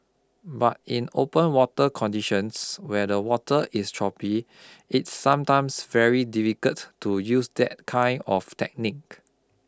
but in open water conditions where the water is choppy it's sometimes very difficult to use that kind of technique